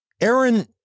Aaron